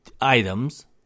items